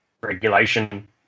regulation